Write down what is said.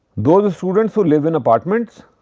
those students, who live in apartments